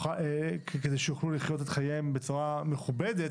כדי שיוכלו לחיות את חייהם בצורה מכובדת,